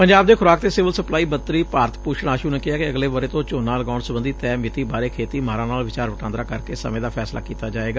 ਪੰਜਾਬ ਦੇ ਖੁਰਾਕ ਤੇ ਸਿਵਲ ਸਪਲਾਈ ਮੰਤਰੀ ਭਾਰਤ ਭੁਸ਼ਣ ਆਸੁ ਕਿਹੈ ਕਿ ਅਗਲੇ ਵਰੇ ਤੋਂ ਝੋਨਾ ਲਗਾਉਣ ਸਬੰਧੀ ਤੈਅ ਮਿਤੀ ਬਾਰੇ ਖੇਤੀ ਮਾਹਰਾਂ ਨਾਲ ਵਿਚਾਰ ਵਟਾਂਦਰਾ ਕਰਕੇ ਸਮੇਂ ਦਾ ਫੈਸਲਾ ਕੀਤਾ ਜਾਵੇਗਾ